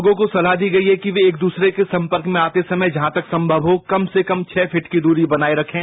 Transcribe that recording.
लोगों को सलाह दी गई है कि वे एक दूसरे के संपर्क में आते समय जहां तक संभव हो कम से कम छह फूट की द्री बनाए रखें